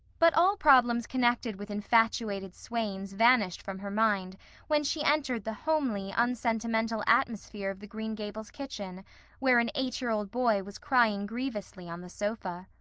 but all problems connected with infatuated swains vanished from her mind when she entered the homely, unsentimental atmosphere of the green gables kitchen where an eight-year-old boy was crying grievously on the sofa.